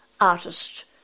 artist